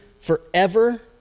forever